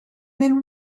then